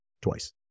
Twice